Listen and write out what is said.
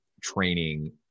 training